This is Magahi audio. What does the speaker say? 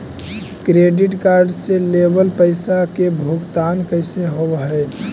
क्रेडिट कार्ड से लेवल पैसा के भुगतान कैसे होव हइ?